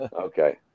Okay